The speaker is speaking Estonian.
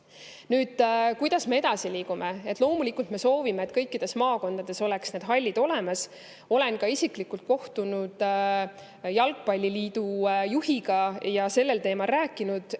Kuidas me edasi liigume? Loomulikult me soovime, et kõikides maakondades oleks need hallid olemas. Olen isiklikult kohtunud jalgpalliliidu juhiga ja sellel teemal rääkinud.